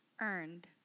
Earned